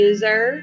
User